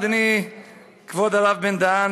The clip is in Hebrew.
אדוני כבוד הרב בן-דהן,